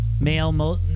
male